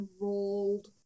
rolled